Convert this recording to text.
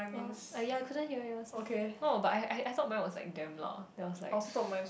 oh yea I couldn't hear yours leh oh but I I I thought mine was like damn loud there was like